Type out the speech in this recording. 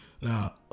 Now